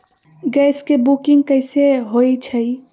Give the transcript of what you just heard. Gas के booking कैसे होईछई?